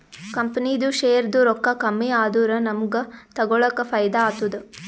ಕಂಪನಿದು ಶೇರ್ದು ರೊಕ್ಕಾ ಕಮ್ಮಿ ಆದೂರ ನಮುಗ್ಗ ತಗೊಳಕ್ ಫೈದಾ ಆತ್ತುದ